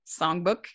songbook